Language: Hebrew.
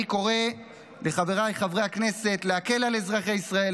אני קורא לחבריי חברי הכנסת להקל על אזרחי ישראל,